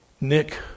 Nick